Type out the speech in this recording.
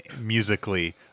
musically